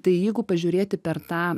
tai jeigu pažiūrėti per tą